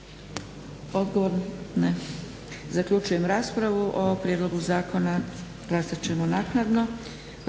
Odgovor? Ne. Zaključujem raspravu. O prijedlogu zakona glasat ćemo naknadno.